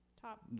top